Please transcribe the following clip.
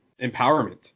empowerment